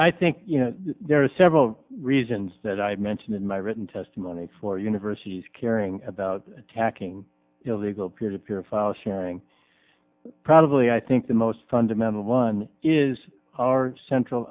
i think you know there are several reasons that i mentioned in my written testimony for universities caring about attacking illegal peer to peer file sharing probably i think the most fundamental one is our central